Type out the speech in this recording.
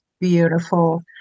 beautiful